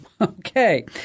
okay